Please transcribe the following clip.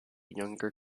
younger